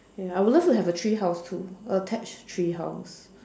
ya I would love to have a tree house too attached tree house